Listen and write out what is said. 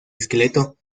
esqueleto